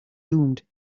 doomed